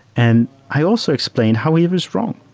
and i also explained how he was wrong.